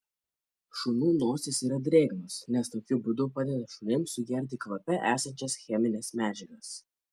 šunų nosys yra drėgnos nes tokiu būdu padeda šunims sugerti kvape esančias chemines medžiagas